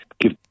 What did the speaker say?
give